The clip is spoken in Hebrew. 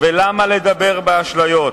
ולמה לדבר באשליות?